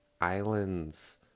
islands